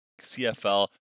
CFL